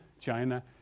China